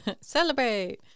Celebrate